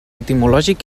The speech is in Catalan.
etimològic